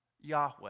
yahweh